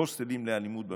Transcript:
הוסטלים לאלימות במשפחה,